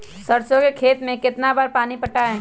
सरसों के खेत मे कितना बार पानी पटाये?